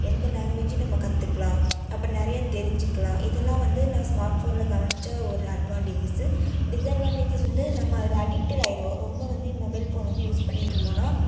எந்த லேங்குவேஜிம் நம்ம கற்றுக்குலாம் அப்போ நிறைய தெரிஞ்சுக்கலாம் இதெல்லாம் வந்து நான் ஸ்மார்ட் ஃபோனில் கவனிச்ச ஒரு அட்வான்டேஜஸு டிஸ்அட்வான்டேஜஸ் வந்து நம்ம அதில் அடிக்ட்டர் ஆகிடுவோம் ரொம்ப வந்து மொபைல் ஃபோனு வந்து யூஸ் பண்ணிட்டுருந்தோனாம்